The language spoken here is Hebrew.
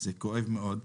זה כואב מאוד.